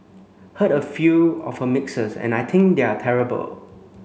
heard a few of her mixes and I think they are terrible